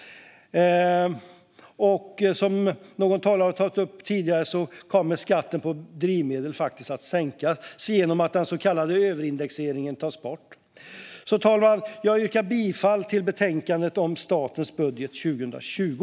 Som någon talare tidigare tog upp kommer skatten på drivmedel faktiskt att sänkas genom att den så kallade överindexeringen tas bort. Herr talman! Jag yrkar bifall till utskottets förslag i betänkandet om statens budget för 2020.